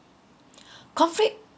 conflict